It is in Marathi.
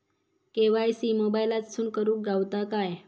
के.वाय.सी मोबाईलातसून करुक गावता काय?